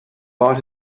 bought